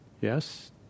Yes